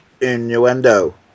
innuendo